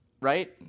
right